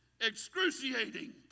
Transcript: excruciating